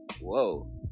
Whoa